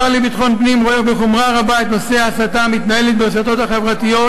השר לביטחון פנים רואה בחומרה רבה את ההסתה המתנהלת ברשתות החברתיות,